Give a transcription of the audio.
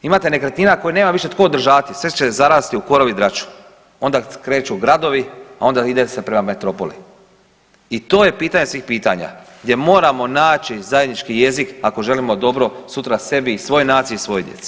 Imate nekretnina koja nema više tko održavati, sve će zarasti u korov i draču, onda kreću gradovi, a onda ide se prema metropoli i to je pitanje svih pitanja gdje moramo naći zajednički jezik ako želimo dobro sutra sebi i svojoj naciji i svojoj djeci.